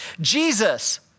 Jesus